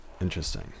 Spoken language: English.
Interesting